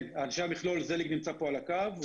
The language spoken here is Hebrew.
כן, זליג נמצא פה על הקו.